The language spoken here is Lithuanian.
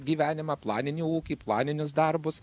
gyvenimą planinį ūkį planinius darbus